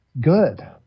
good